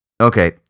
Okay